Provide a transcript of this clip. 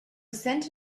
cent